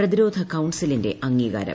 പ്രതിരോധ കൌൺസിലിന്റെ അംഗീകാരം